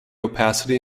opacity